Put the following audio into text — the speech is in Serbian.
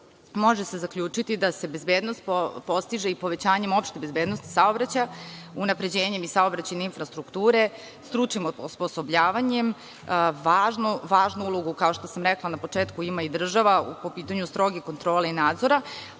može se zaključiti da se bezbednost postiže i povećanjem opšte bezbednosti saobraćaja unapređenjem i saobraćajne infrastrukture, stručnim osposobljavanjem. Važnu ulogu, kao što sam rekla na početku, ima i država po pitanju stroge kontrole i nadzora,